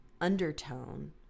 undertone